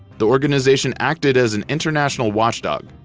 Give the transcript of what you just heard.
the organization acted as an international watchdog,